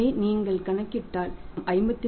இதை நீங்கள் கணக்கிட்டால் இந்த இலாபம் 54